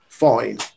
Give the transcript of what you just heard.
fine